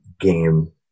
game